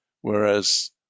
whereas